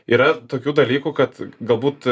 yra tokių dalykų kad galbūt